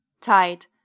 Tight